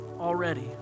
already